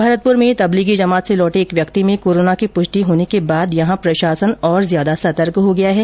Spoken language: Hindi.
भरतपुर में तबलीगी जमात से लौटे एक व्यक्ति में कोरोना की पुष्टि होने के बाद में यहां प्रशासन और ज्यादा सतर्क हो गया है